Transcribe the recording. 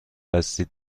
هستید